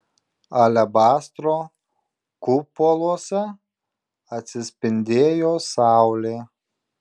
alebastro kupoluose atsispindėjo saulė